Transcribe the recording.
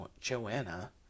Joanna